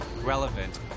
relevant